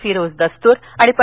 फिरोज दस्तुर आणि पं